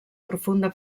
profunda